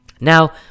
Now